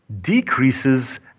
decreases